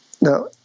Now